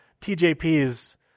TJP's